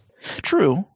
True